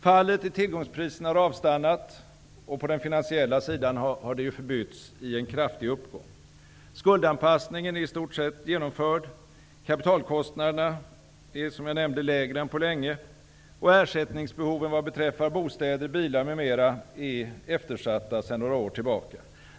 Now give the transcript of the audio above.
Fallet i tillgångspriserna har avstannat och på den finansiella sidan förbytts i en kraftig uppgång. Skuldanpassningen är i stort sett genomförd, kapitalkostnaderna är, som jag nämnde, lägre än på länge, och ersättningsbehoven vad beträffar bostäder, bilar m.m. är eftersatta sedan några år tillbaka.